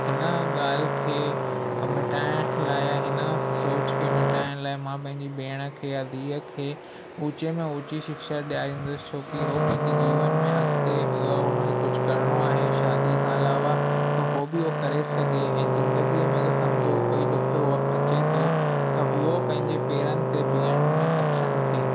हिन ॻाल्हि खे मिटाइण लाइ हिन सोच खे मिटाइण लाइ मां पंहिंजी भेण खे या धीअ खे ऊचे में ऊची शिक्षा ॾियाराईंदुसि छोकी हू पंहिंजे जीवन में अॻिते अगरि हुनखे कुझु करणो आहे शादी खां अलावा त उहो बि हूअ करे सघे ऐं ज़िंदगी में अगरि समुझो कोई ॾुखियो वक़्ति अचे थो त उहे पंहिंजे पेरनि ते बिहण में सक्षम थिए